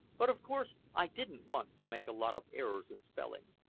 but, of course, i didn't want to make a lot of errors in spelling.